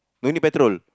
no need petrol